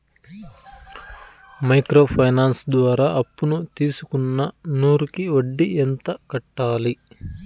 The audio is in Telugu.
మైక్రో ఫైనాన్స్ ద్వారా అప్పును తీసుకున్న నూరు కి వడ్డీ ఎంత కట్టాలి?